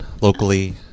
locally